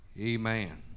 Amen